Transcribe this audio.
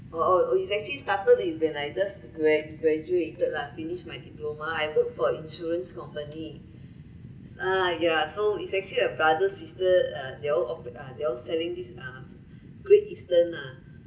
or or it actually started is when I just gra~ graduated lah finish my diploma I work for insurance company ah ya so it's actually a brother sister ah they all ope~ they all selling these ah Great Eastern ah